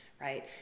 right